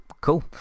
cool